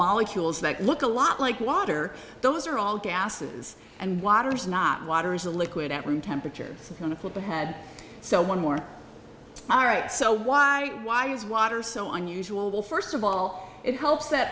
molecules that look a lot like water those are all gases and water is not water is a liquid at room temperature going to put the head so one more fire out so why why is water so unusual first of all it helps that